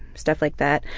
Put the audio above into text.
stuff like that.